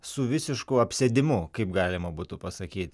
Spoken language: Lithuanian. su visišku apsėdimu kaip galima būtų pasakyt